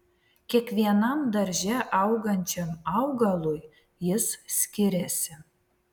kiekvienam darže augančiam augalui jis skiriasi